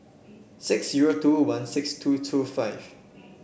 six zero two one six two two five